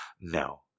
No